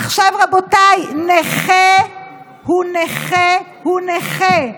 רבותיי, נכה הוא נכה הוא נכה.